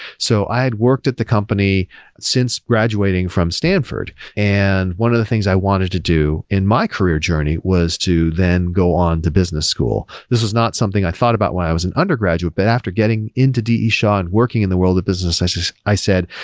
so i had worked at the company since graduating from stanford, and one of the things i wanted to do in my career journey was to then go on to business school. this is not something i thought about when i i was an undergraduate, but after getting into d e. shaw and working in the world of business i so said,